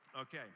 Okay